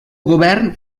govern